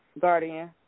guardian